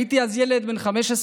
הייתי אז ילד בן 15,